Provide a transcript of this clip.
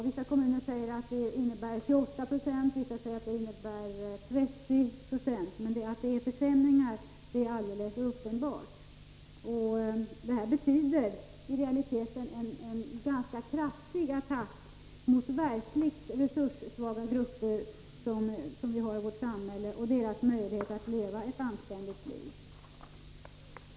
Vissa kommuner anger dem till 28 26, och andra säger 30 I, men att det är försämringar är helt uppenbart. Det betyder i realiteten en ganska kraftig attack mot verkligt resurssvaga grupper i vårt samhälle och dessa gruppers möjligheter att leva ett anständigt liv.